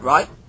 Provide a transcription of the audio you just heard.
Right